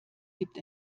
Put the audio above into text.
gibt